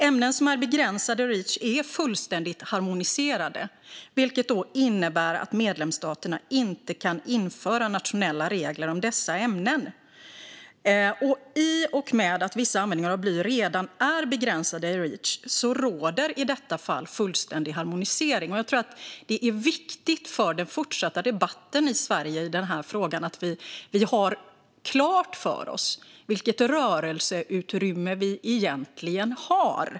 Ämnen som är begränsade i Reach är fullständigt harmoniserade, vilket innebär att medlemsstaterna inte kan införa nationella regler om dessa ämnen. I och med att vissa användningar av bly redan är begränsade i Reach råder i detta fall fullständig harmonisering. Jag tror att det är viktigt för den fortsatta debatten i Sverige i den här frågan att vi har klart för oss vilket rörelseutrymme vi egentligen har.